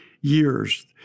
years